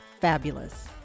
fabulous